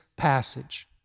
passage